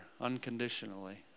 unconditionally